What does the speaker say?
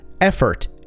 effort